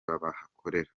bahakorera